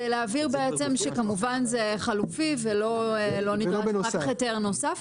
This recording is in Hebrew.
כדי להעביר שכמובן זה חלופי ולא נדרש אחר כך היתר נוסף.